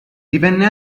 divenne